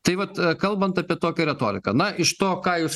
tai vat kalbant apie tokią retoriką na iš to ką jūs